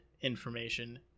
information